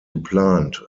geplant